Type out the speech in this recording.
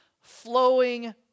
flowing